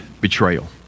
betrayal